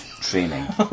Training